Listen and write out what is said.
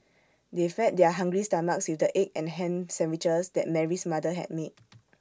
they fed their hungry stomachs with the egg and Ham Sandwiches that Mary's mother had made